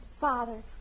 Father